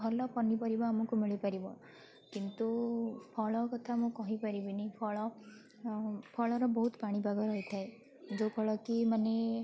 ଭଲ ପନିପରିବା ଆମକୁ ମିଳିପାରିବ କିନ୍ତୁ ଫଳ କଥା ମୁଁ କହିପାରିବିନି ଫଳ ଫଳର ବହୁତ ପାଣିପାଗ ରହିଥାଏ ଯୋଉ ଫଳ କି ମାନେ